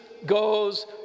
Goes